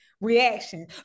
reaction